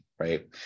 Right